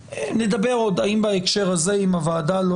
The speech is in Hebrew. נדבר עוד האם בהקשר הזה אם הוועדה לא